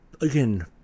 again